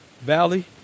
Valley